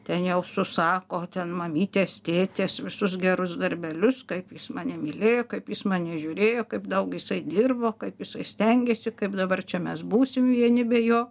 ten jau susako ten mamytės tėtis už gerus darbelius kaip jis mane mylėjo kaip jis mane žiūrėjo kaip daug jisai dirbo kaip jisai stengėsi kaip dabar čia mes būsim vieni be jo